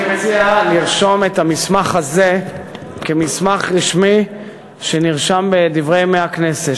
אני מציע לרשום את המסמך הזה כמסמך רשמי ב"דברי הכנסת".